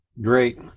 Great